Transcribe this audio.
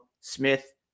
Smith